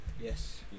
Yes